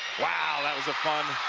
that was a fun